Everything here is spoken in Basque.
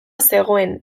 zegoen